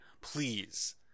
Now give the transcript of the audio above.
Please